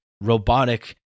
robotic